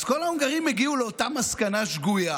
אז כל ההונגרים הגיעו לאותה מסקנה שגויה